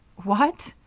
what!